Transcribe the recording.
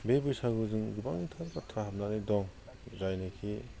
बे बैसागुजों गोबांथार बाथ्रा हाबनानै दं जायनाखि